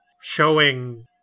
showing